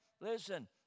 listen